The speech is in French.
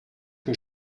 que